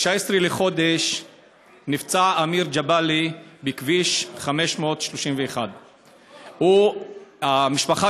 ב-19 בחודש נפצע אמיר ג'באלי בכביש 531. המשפחה